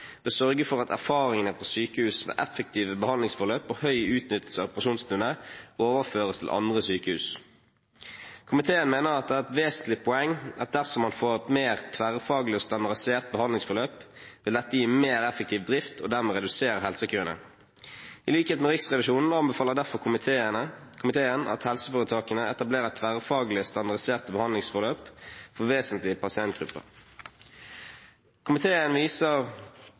sørge for at erfaringene fra sykehus med effektive behandlingsforløp og høy utnyttelse av operasjonsstuene overføres til andre sykehus. Komiteen mener at det er et vesentlig poeng at dersom man får et mer tverrfaglig og standardisert behandlingsforløp, vil dette gi mer effektiv drift og dermed redusere helsekøene. I likhet med Riksrevisjonen anbefaler derfor komiteen at helseforetakene etablerer tverrfaglige, standardiserte behandlingsforløp for vesentlige pasientgrupper. Komiteen viser